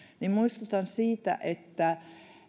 niin muistutan siitä että